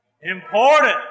important